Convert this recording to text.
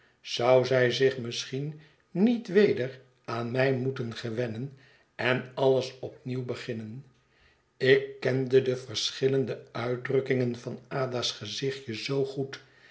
zou zij zich misschien niet weder aan mij moeten gewennen en alles opnieuw beginnen ik kende de verschillende uitdrukkingen van ada's gezichtje zoo goed